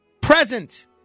present